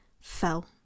fell